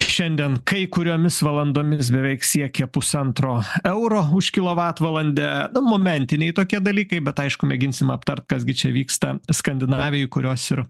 šiandien kai kuriomis valandomis beveik siekė pusantro euro už kilovatvalandę momentiniai tokie dalykai bet aišku mėginsim aptart kas gi čia vyksta skandinavijoj kurios ir